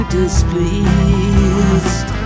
displeased